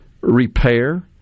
repair